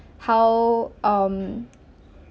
how um